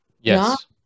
Yes